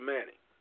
Manning